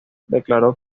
declaró